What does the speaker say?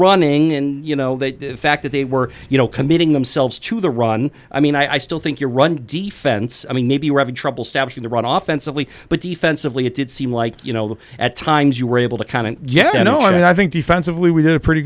running and you know the fact that they were you know committing themselves to the run i mean i still think your run defense i mean maybe we're having trouble stopping the run off instantly but defensively it did seem like you know that at times you were able to kind of yeah you know i think defensively we did a pretty